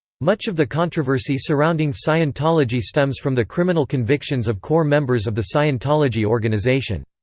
much of the controversy surrounding scientology stems from the criminal convictions of core members of the scientology organization.